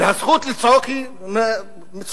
והזכות לצעוק היא מצוינת,